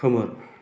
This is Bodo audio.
खोमोर